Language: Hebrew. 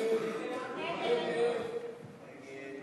ההצעה להסיר מסדר-היום את הצעת חוק זכויות החולה (תיקון,